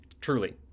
truly